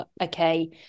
okay